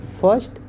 First